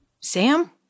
Sam